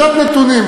קצת נתונים.